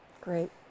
Great